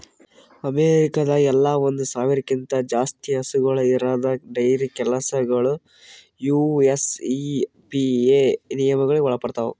ಅಮೇರಿಕಾದಾಗ್ ಎಲ್ಲ ಒಂದ್ ಸಾವಿರ್ಕ್ಕಿಂತ ಜಾಸ್ತಿ ಹಸುಗೂಳ್ ಇರದ್ ಡೈರಿ ಕೆಲಸಗೊಳ್ ಯು.ಎಸ್.ಇ.ಪಿ.ಎ ನಿಯಮಗೊಳಿಗ್ ಒಳಪಡ್ತಾವ್